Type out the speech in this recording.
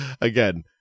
again